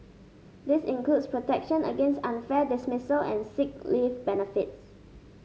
this includes protection against unfair dismissal and sick leave benefits